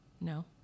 No